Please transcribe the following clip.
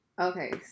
Okay